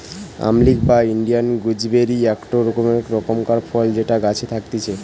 আমলকি বা Indian gooseberry একটো রকমকার ফল যেটা গাছে থাকতিছে